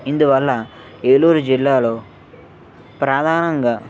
ఇందువల్ల ఏలూరు జిల్లాలో ప్రధానంగా